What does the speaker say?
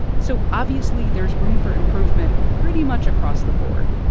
so obviously, there's room for improvement pretty much across the board.